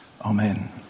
Amen